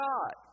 God